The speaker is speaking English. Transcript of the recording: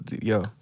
Yo